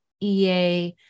EA